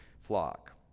flock